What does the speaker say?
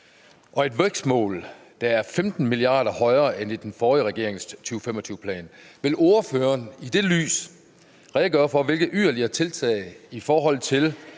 er et vækstmål, der er 15 mia. kr. højere end i den forrige regerings 2025-plan. Vil ordføreren i det lys redegøre for, hvilke yderligere tiltag i forhold til